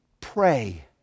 pray